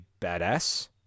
badass